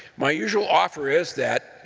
my usual offer is that,